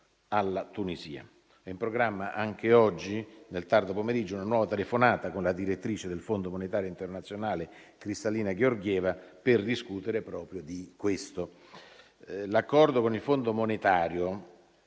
alla Tunisia. È in programma anche oggi, nel tardo pomeriggio, una nuova telefonata con la direttrice del Fondo monetario internazionale, Kristalina Georgieva, per discutere proprio di questo. L'accordo con il Fondo monetario